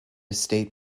state